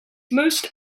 most